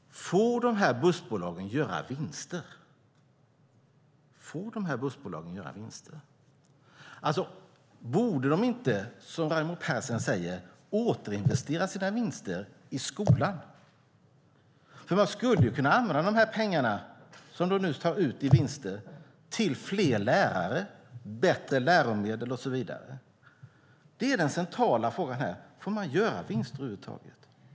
Får de bussbolagen göra vinster? Borde de inte, som Raimo Pärssinen säger, återinvestera sina vinster i skolan? Man skulle ju kunna använda pengarna de nu tar ut i vinster till fler lärare, bättre läromedel och så vidare. Det är den centrala frågan här: Får man göra vinster över huvud taget?